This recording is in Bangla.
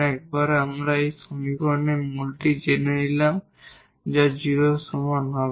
একবার আমরা এই সমীকরণের মূলটি জেনে নিলাম যা 0 এর সমান হবে